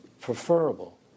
preferable